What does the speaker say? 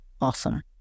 awesome